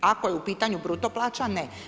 Ako je u pitanju bruto plaća ne.